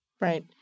Right